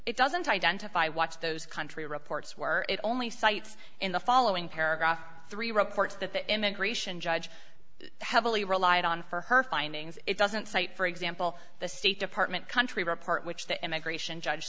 it doesn't identify watch those country reports where it only cites in the following paragraph three reports that the immigration judge heavily relied on for her findings it doesn't cite for example the state department country report which the immigration judge